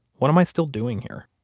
what am i still doing here?